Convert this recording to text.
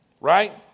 right